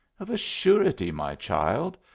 of a surety, my child.